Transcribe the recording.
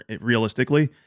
realistically